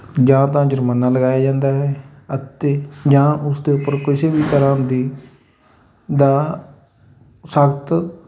ਜਾਂ ਤਾਂ ਜੁਰਮਾਨਾ ਲਗਾਇਆ ਜਾਂਦਾ ਹੈ ਅਤੇ ਜਾਂ ਉਸ ਦੇ ਉੱਪਰ ਕਿਸੇ ਵੀ ਤਰ੍ਹਾਂ ਦੀ ਦਾ ਸਖ਼ਤ